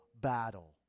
battle